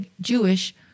Jewish